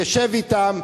תשב אתם,